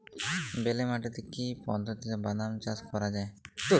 বেলে মাটিতে কি পদ্ধতিতে বাদাম চাষ করা যায়?